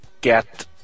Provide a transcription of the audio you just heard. get